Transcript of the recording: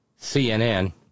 CNN